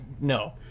no